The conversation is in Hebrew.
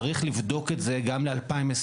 לבדוק את זה גם ל-21'